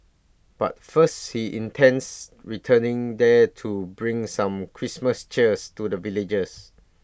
but first he intends returning there to bring some Christmas cheers to the villagers